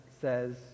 says